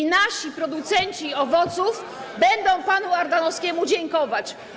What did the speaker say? I nasi producenci owoców będą panu Ardanowskiemu dziękować.